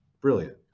Brilliant